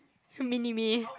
mini me